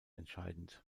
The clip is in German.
entscheidend